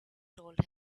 told